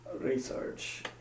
research